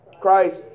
Christ